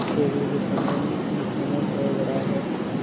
Covid के समय में ई कॉमर्स और बढ़ा है